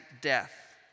death